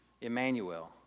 Emmanuel